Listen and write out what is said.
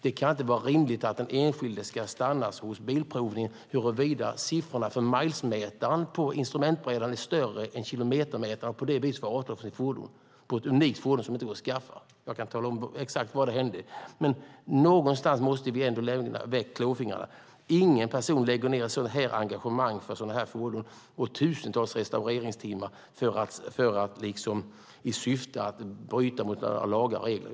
Det kan inte vara rimligt att den enskilde ska stoppas hos bilprovningen för att siffrorna för milesmätaren på instrumentbrädan är större än på kilometermätaren och på det viset få avstå från sitt fordon - ett unikt fordon som inte går att skaffa. Jag skulle kunna tala om exakt var detta hände. Någonstans måste vi lämna väck klåfingrarna. Ingen person lägger ned ett sådant engagemang och tusentals restaureringstimmar på ett sådant här fordon i syfte att bryta mot några lagar och regler.